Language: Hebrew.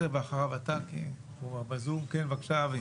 בזום, בבקשה.